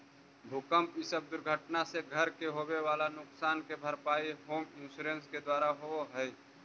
भूकंप इ सब दुर्घटना से घर के होवे वाला नुकसान के भरपाई होम इंश्योरेंस के द्वारा होवऽ हई